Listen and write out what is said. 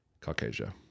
caucasia